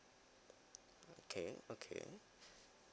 okay okay